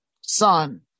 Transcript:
son